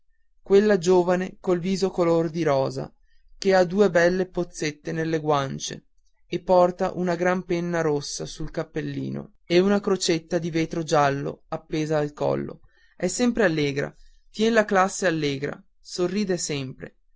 quella giovane col viso color di rosa che ha due belle pozzette nelle guancie e porta una gran penna rossa sul cappellino e una crocetta di vetro giallo appesa al collo è sempre allegra tien la classe allegra sorride sempre